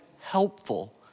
helpful